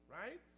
right